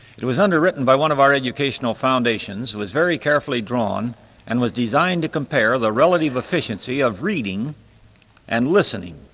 it it was underwritten by one of our educational foundations. it was very carefully drawn and was designed to compare the relative efficiency of reading and listening,